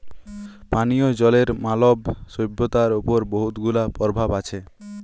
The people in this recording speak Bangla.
পানীয় জলের মালব সইভ্যতার উপর বহুত গুলা পরভাব আছে